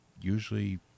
usually